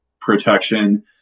protection